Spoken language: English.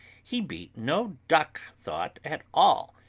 he be no duck-thought at all,